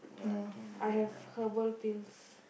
no I have herbal pills